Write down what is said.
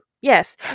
Yes